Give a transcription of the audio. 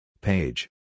Page